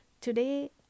Today